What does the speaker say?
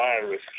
virus